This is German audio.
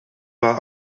war